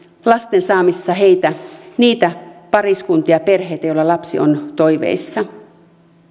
lasten saamisessa heitä niitä pariskuntia perheitä joilla lapsi on toiveissa